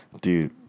Dude